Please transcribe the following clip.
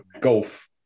golf